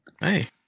Hey